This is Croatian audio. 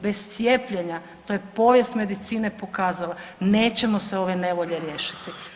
Bez cijepljenja, to je povijest medicine pokazala nećemo se ove nevolje riješiti.